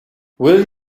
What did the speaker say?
will